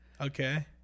okay